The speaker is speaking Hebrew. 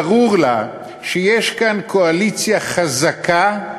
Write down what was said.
ברור לה שיש כאן קואליציה חזקה,